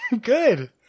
Good